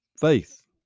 Faith